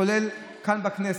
כולל כאן בכנסת.